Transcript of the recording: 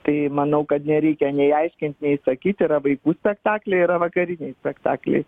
tai manau kad nereikia nei aiškint nei sakyt yra vaikų spektakliai yra vakariniai spektakliai